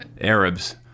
Arabs